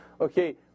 Okay